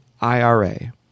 IRA